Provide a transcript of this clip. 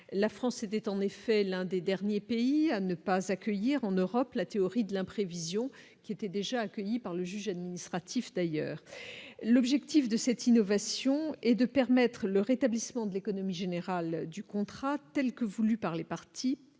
la France était en effet l'un des derniers pays à ne pas accueillir en Europe, la théorie de la prévision qui était déjà accueilli par le juge administratif d'ailleurs l'objectif de cette innovation et de permettre le rétablissement de l'économie générale du contrat telle que voulue par les partis